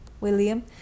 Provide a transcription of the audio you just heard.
william